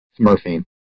smurfing